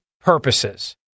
purposes